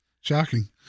Shocking